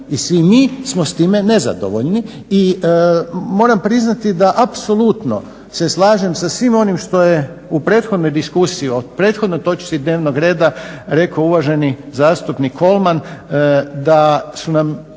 i svi mi smo s time nezadovoljni. I moram priznati da apsolutno se slažem sa svim onim što je u prethodnoj diskusiji o prethodnoj točki dnevnog reda rekao uvaženi zastupnik Kolman da su nam